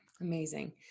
amazing